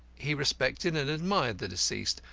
he respected and admired the deceased,